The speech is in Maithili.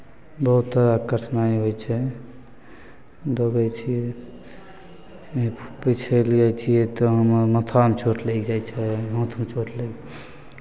बहुत तरहके कठिनाइ होइ छै दौड़ै छियै कहीँ फिसलि जाइ छियै तऽ हमर माथामे चोट लागि जाइ छै हाथमे चोट लागि